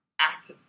act